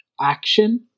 action